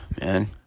man